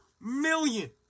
million